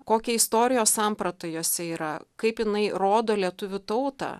kokia istorijos samprata jose yra kaip jinai rodo lietuvių tautą